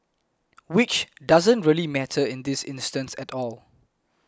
which doesn't really matter in this instance at all